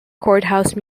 courthouse